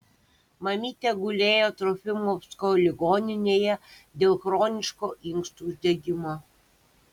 mamytė gulėjo trofimovsko ligoninėje dėl chroniško inkstų uždegimo